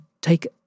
take